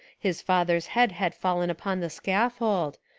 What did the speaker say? his father's head had fallen upon the scaffold,